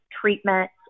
treatment